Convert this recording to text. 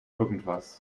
irgendwas